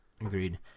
Agreed